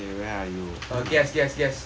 uh gas gas gas